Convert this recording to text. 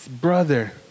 brother